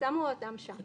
שמו אותם שם,